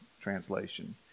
translation